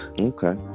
okay